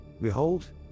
Behold